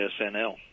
SNL